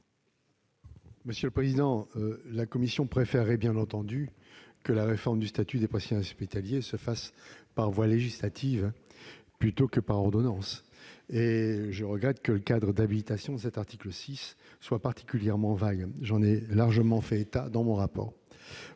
commission ? La commission préférerait bien entendu que la réforme du statut des praticiens hospitaliers se fasse par voie législative plutôt que par ordonnance et je regrette que le cadre d'habilitation prévu à l'article 6 soit particulièrement vague- j'en ai fait largement état dans mon rapport.